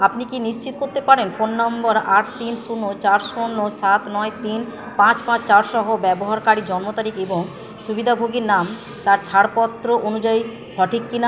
আপনি কি নিশ্চিত করতে পারেন ফোন নম্বর আট তিন শূন্য চার শূন্য সাত নয় তিন পাঁচ পাঁচ চার সহ ব্যবহারকারীর জন্ম তারিখ এবং সুবিধাভোগীর নাম তার ছাড়পত্র অনুযায়ী সঠিক কি না